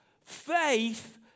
faith